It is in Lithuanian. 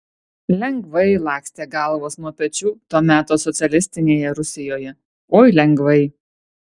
lengvai lakstė galvos nuo pečių to meto socialistinėje rusijoje oi lengvai